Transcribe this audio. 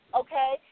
okay